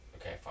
okay